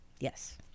yes